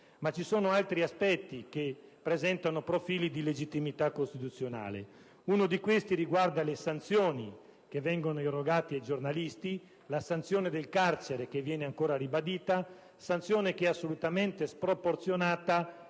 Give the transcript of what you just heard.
Ci sono però altri aspetti che presentano profili di illegittimità costituzionale. Uno di questi riguarda le sanzioni che vengono irrogate ai giornalisti: la sanzione del carcere, ancora ribadita, è assolutamente sproporzionata